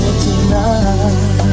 tonight